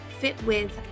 fitwith